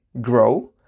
grow